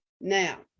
now